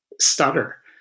stutter